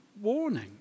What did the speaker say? warning